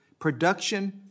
production